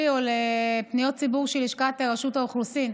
או לפניות ציבור של לשכת רשות האוכלוסין.